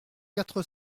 quatre